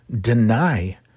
deny